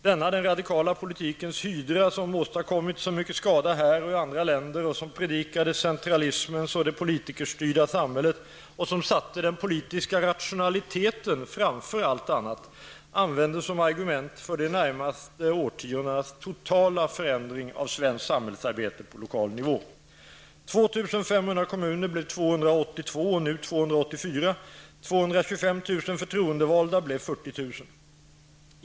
Denna den radikala politikens hydra, som åstadkommit så mycken skada här och i andra länder och som predikade centralismens och det politikerstyrda samhället och som satte den politiska rationaliteten framför allt annat användes som argument för de närmaste årtiondenas totala förändring av svenskt samhällsarbete på lokal nivå. förtroendevalda blev 40 000.